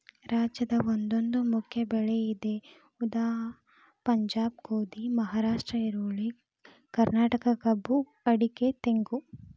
ರಾಜ್ಯದ ಒಂದೊಂದು ಮುಖ್ಯ ಬೆಳೆ ಇದೆ ಉದಾ ಪಂಜಾಬ್ ಗೋಧಿ, ಮಹಾರಾಷ್ಟ್ರ ಈರುಳ್ಳಿ, ಕರ್ನಾಟಕ ಕಬ್ಬು ಅಡಿಕೆ ತೆಂಗು